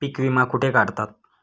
पीक विमा कुठे काढतात?